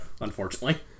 unfortunately